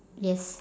yes